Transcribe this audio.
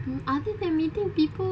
mm other than meeting people